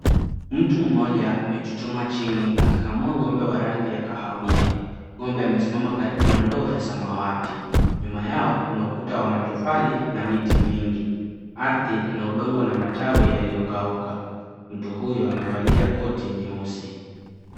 Mtu mmoja amechuchuma chini akikamua ng'ombe wa rangi ya kahawia, ng'ombe amesimama karibu na ndoo ya samawati, nyuma yao kuna ukuta wa matofali na miti mingi, ardhi ina udongo na matawi yaliyokauka, mtu huyo amevalia koti nyeusi.